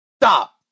Stop